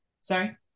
Sorry